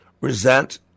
resent